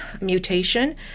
mutation